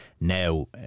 now